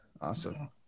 Awesome